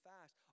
fast